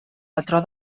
patró